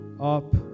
up